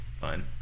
Fine